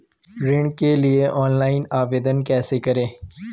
ऋण के लिए ऑनलाइन आवेदन कैसे करें?